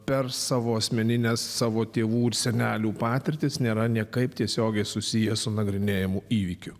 per savo asmenines savo tėvų ir senelių patirtis nėra niekaip tiesiogiai susiję su nagrinėjamu įvykiu